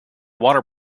water